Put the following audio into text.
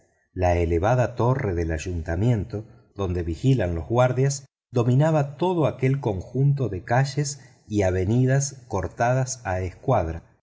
la elevada torre del ayuntamiento donde vigilaban los guardias dominaba todo aquel conjunto de calles y avenidas cortadas a escuadra